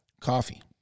Coffee